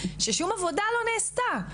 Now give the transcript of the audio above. ששום עבודה לא נעשתה,